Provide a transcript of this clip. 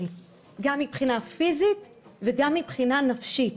- גם מבחינה פיזית וגם מבחינה נפשית.